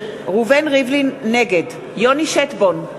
נגד יוני שטבון,